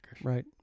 Right